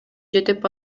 жетип